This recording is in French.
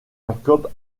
jacob